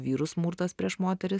vyrų smurtas prieš moteris